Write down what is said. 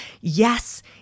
Yes